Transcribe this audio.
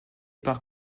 par